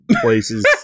places